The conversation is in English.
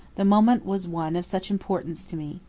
the moment was one of such importance to me.